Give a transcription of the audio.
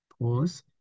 Pause